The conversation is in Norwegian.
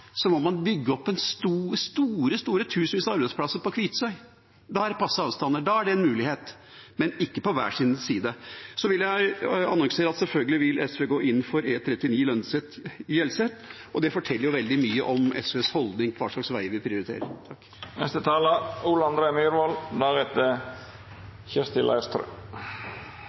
må man bygge opp tusenvis av arbeidsplasser på Kvitsøy. Da er det passe avstander, da er det en mulighet, men ikke på hver sin side. Så vil jeg annonsere at SV selvfølgelig vil gå inn for E39 Lønset–Hjelset, og det forteller veldig mye om SVs holdning til hva slags veier vi prioriterer.